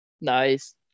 Nice